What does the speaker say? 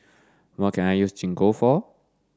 what can I use Gingko for